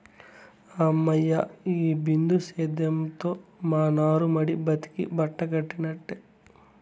హమ్మయ్య, ఈ బిందు సేద్యంతో మా నారుమడి బతికి బట్టకట్టినట్టే